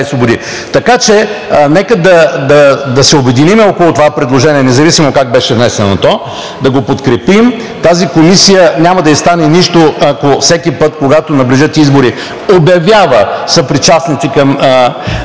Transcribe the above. го, така че нека да се обединим около това предложение, независимо как беше внесено то, да го подкрепим и на тази комисия няма да ѝ стане нищо, ако всеки път, когато наближат избори, обявява съпричастност към